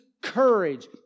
courage